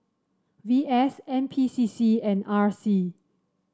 V S N P C C and R C